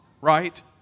right